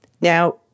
Now